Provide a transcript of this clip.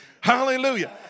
Hallelujah